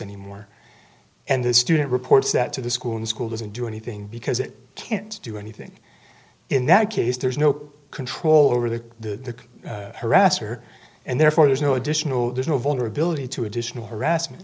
anymore and the student reports that to the school and school doesn't do anything because it can't do anything in that case there's no control over the harasser and therefore there's no additional there's no vulnerability to additional harassment